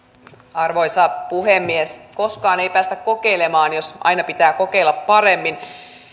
arvoisa puhemies koskaan ei päästä kokeilemaan jos aina pitää kokeilla paremmin